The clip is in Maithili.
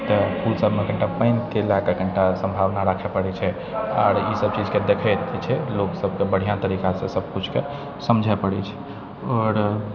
तऽ फूल सबमे कनी टा पानि कनी टा सम्भावना राखै पड़ै छै आर ई सब चीजके देखैत छै लोकसब कऽ बढ़िआँ तरीकासँ सब कुछके समझै पड़ै छै आओर